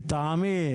לטעמי,